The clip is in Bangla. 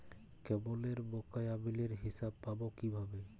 কেবলের বকেয়া বিলের হিসাব পাব কিভাবে?